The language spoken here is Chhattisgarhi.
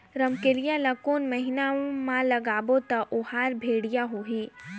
रमकेलिया ला कोन महीना मा लगाबो ता ओहार बेडिया होही?